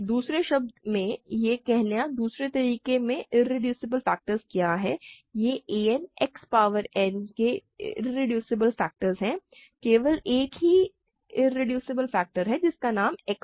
दूसरे शब्दों में यह कहने के दूसरे तरीके के इरेड्यूसेबल फैक्टर्स क्या हैं यह a n X power n के इरेड्यूसेबल फैक्टर हैं केवल एक ही इरेड्यूसिबल फैक्टर है जिसका नाम X है